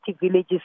villages